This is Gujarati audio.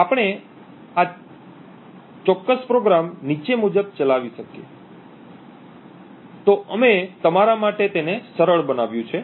તો આપણે આ વિશિષ્ટ પ્રોગ્રામ નીચે મુજબ ચલાવી શકીએ તો અમે તમારા માટે તેને સરળ બનાવ્યું છે